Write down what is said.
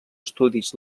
estudis